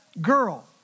girl